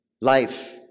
life